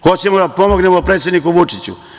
Hoćemo da pomognemo predsedniku Vučiću.